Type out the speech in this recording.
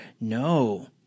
No